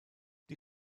die